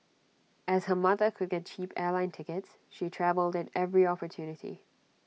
as her mother could get cheap airline tickets she travelled at every opportunity